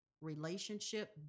relationship